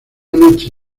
noche